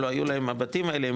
לא היו להם הבתים האלה,